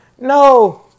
no